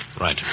Right